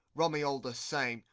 rummy, all the same.